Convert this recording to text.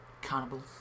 Cannibals